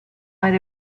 might